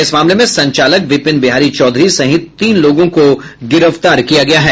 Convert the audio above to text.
इस मामले में संचालक विपिन बिहारी चौधरी सहित तीन लोगों को गिरफ्तार किया गया है